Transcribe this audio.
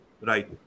right